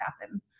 happen